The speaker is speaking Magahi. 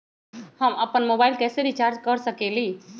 हम अपन मोबाइल कैसे रिचार्ज कर सकेली?